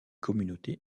communautés